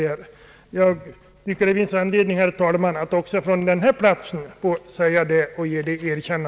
Detta bör sägas också från denna talarstol.